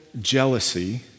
jealousy